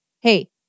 hey